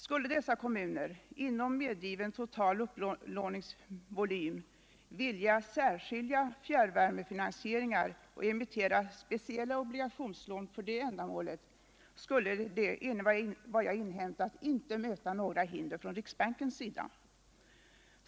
Skulle dessa kommuner inom medgiven total upplåningsvolym vilja särskilja fjärrvärmefinansieringar och emittera speciella obligationslån för det ändamålet, skulle det enligt vad jag har inhämtat inte möta något hinder från riksbankens sida.